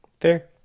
Fair